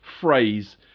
phrase